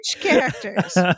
characters